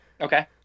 Okay